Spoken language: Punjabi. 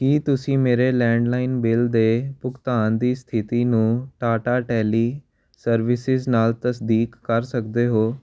ਕੀ ਤੁਸੀਂ ਮੇਰੇ ਲੈਂਡਲਾਈਨ ਬਿੱਲ ਦੇ ਭੁਗਤਾਨ ਦੀ ਸਥਿਤੀ ਨੂੰ ਟਾਟਾ ਟੈਲੀਸਰਵਿਸਿਜ਼ ਨਾਲ ਤਸਦੀਕ ਕਰ ਸਕਦੇ ਹੋ